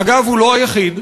אגב, הוא לא היחיד,